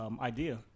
idea